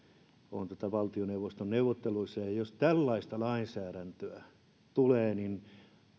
on valtioneuvoston neuvotteluissa ja ja jos tällaista lainsäädäntöä tulee niin